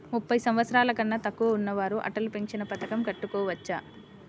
ముప్పై సంవత్సరాలకన్నా తక్కువ ఉన్నవారు అటల్ పెన్షన్ పథకం కట్టుకోవచ్చా?